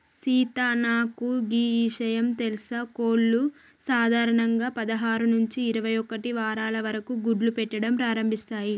సీత నాకు గీ ఇషయం తెలుసా కోళ్లు సాధారణంగా పదహారు నుంచి ఇరవై ఒక్కటి వారాల వరకు గుడ్లు పెట్టడం ప్రారంభిస్తాయి